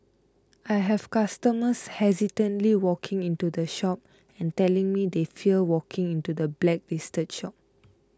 I have customers hesitantly walking into the shop and telling me they fear walking into the blacklisted shops